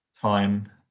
time